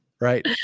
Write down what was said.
Right